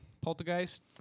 Poltergeist